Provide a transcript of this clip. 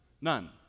None